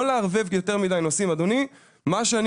ולא לערבב יותר מדי נושאים מה שאני